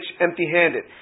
empty-handed